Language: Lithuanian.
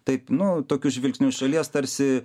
taip nu tokiu žvilgsniu iš šalies tarsi